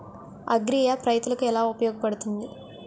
Agri app రైతులకి ఏలా ఉపయోగ పడుతుంది?